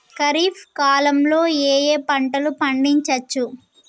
ఖరీఫ్ కాలంలో ఏ ఏ పంటలు పండించచ్చు?